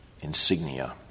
insignia